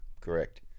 Correct